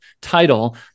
title